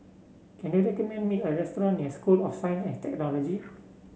can you recommend me a restaurant near School of Science at Technology